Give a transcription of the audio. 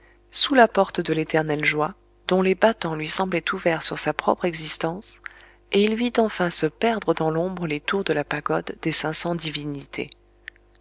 sous la porte de l'éternelle joie dont les battants lui semblaient ouverts sur sa propre existence et il vit enfin se perdre dans l'ombre les tours de la pagode des cinq cents divinités